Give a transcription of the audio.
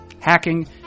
hacking